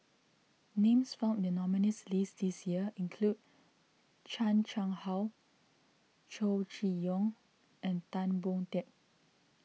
names found in the nominees' list this year include Chan Chang How Chow Chee Yong and Tan Boon Teik